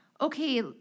Okay